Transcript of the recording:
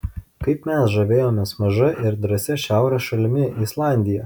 kaip mes žavėjomės maža ir drąsia šiaurės šalimi islandija